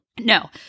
No